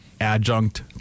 adjunct